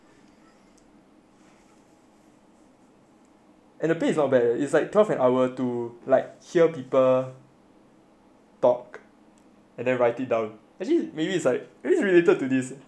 and the pay is not bad it's like twelve an hour to like hear people talk and then write it down actually maybe it's maybe it's related to this